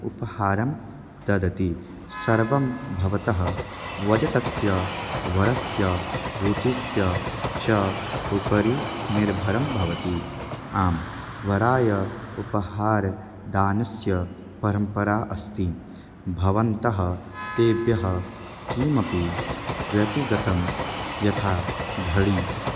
उपहारं ददति सर्वं भवतः वजटस्य वरस्य रुचिस्य च उपरि निर्भरं भवति आं वराय उपहारदानस्य परम्परा अस्ति भवन्तः तेभ्यः किमपि व्यक्तिगतं यथा घडि